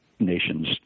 nation's